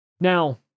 Now